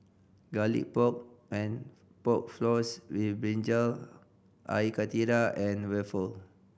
Garlic Pork and Pork Floss with brinjal Air Karthira and waffle